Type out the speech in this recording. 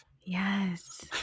Yes